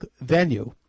venue